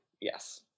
Yes